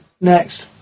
Next